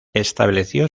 estableció